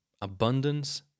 Abundance